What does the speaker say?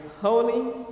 holy